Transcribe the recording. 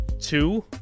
Two